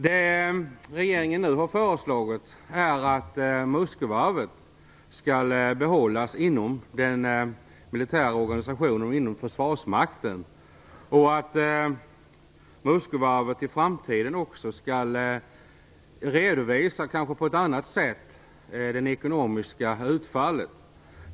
Det regeringen nu har föreslagit är att Muskövarvet skall behållas inom den militära organisationen och inom Försvarsmakten och att Muskövarvet i framtiden kanske på ett annat sätt skall redovisa det ekonomiska utfallet.